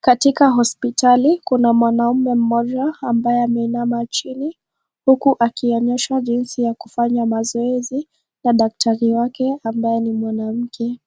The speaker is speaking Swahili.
Katika hospitali kuna mwanamume mmoja ambaye ameinama chini huku akionyesha jinsi ya kufanya mazoezi na daktari wake ambaye ni mwanamke.